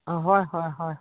অঁ হয় হয় হয়